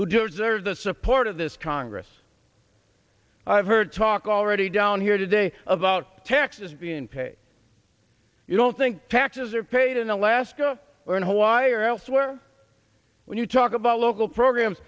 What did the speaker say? who deserves the support of this congress i've heard talk already down here today about taxes being paid you don't think taxes are paid in alaska or hawaii or elsewhere when you talk about local programs